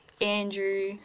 Andrew